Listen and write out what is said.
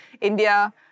India